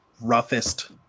roughest